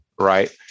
right